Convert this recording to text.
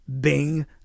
bing